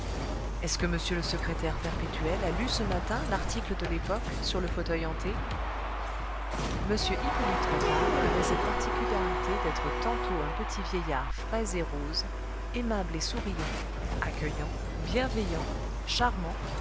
est-ce que monsieur le secrétaire perpétuel a lu ce matin l'article de l'époque sur le fauteuil hanté m hippolyte patard avait cette particularité d'être tantôt un petit vieillard frais et rose aimable et souriant accueillant bienveillant charmant